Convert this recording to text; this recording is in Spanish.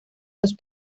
los